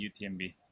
UTMB